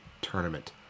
tournament